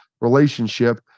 relationship